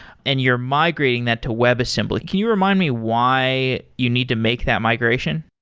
and you're migrating that to webassembly. can you remind me why you need to make that migration?